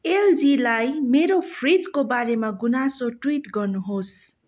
एलजीलाई मेरो फ्रिजको बारेमा गुनासो ट्विट गर्नुहोस्